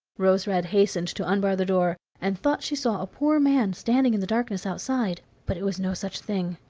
rose-red hastened to unbar the door, and thought she saw a poor man standing in the darkness outside but it was no such thing,